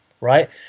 right